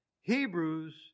Hebrews